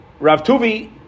Ravtuvi